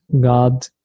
God